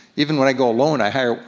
even when i go alone i hire,